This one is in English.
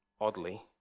oddly